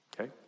Okay